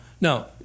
no